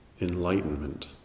enlightenment